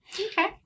Okay